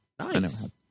Nice